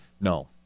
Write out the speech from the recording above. No